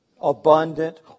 abundant